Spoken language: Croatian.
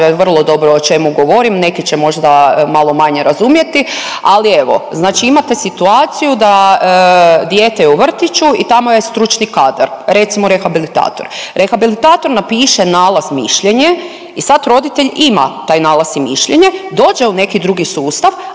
znat će vrlo dobro o čemu govorim. Neki će možda malo manje razumjeti, ali evo znači imate situaciju da dijete je u vrtiću i tamo je stručni kadar, recimo rehabilitator. Rehabilitator napiše nalaz, mišljenje i sad roditelj ima taj nalaz i mišljenje, dođe u neki drugi sustav,